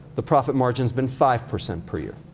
the profit margin's been five percent per year.